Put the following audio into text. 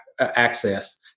access